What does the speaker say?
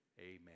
Amen